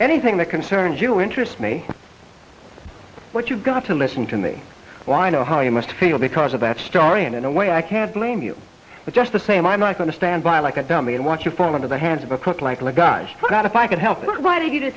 anything that concerns you interest me what you've got to listen to me well i know how you must feel because of that story and in a way i can't blame you but just the same i'm not going to stand by like a dummy and watch you fall into the hands of a cook like oh my gosh i got if i could help